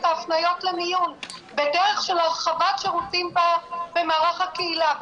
ההפניות למיון בדרך של הרחבת שירותים במערך הקהילה,